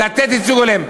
לתת ייצוג הולם.